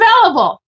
available